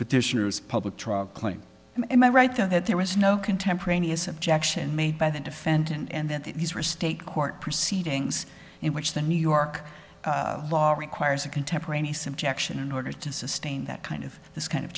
petitioners public truckling am i right that there was no contemporaneous objection made by the defendant and these were state court proceedings in which the new york law requires a contemporaneous objection in order to sustain that kind of this kind of